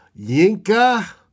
Yinka